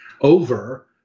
over